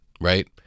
right